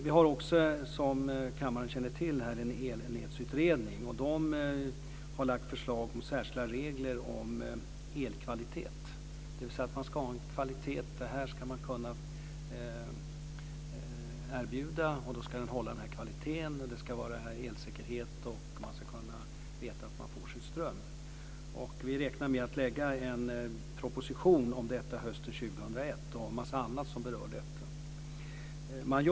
Vi har också, som kammaren känner till, en elnätsutredning. Den har lagt fram förslag om särskilda regler för elkvalitet, dvs. att man ska ha en viss kvalitet. Det här ska man kunna erbjuda, och då ska det hålla den här kvaliteten. Det ska vara elsäkerhet, och man ska kunna veta att man får sin ström. Vi räknar med att lägga fram en proposition om det här och om en massa annat som det berör hösten 2001.